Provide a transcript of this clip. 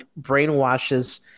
brainwashes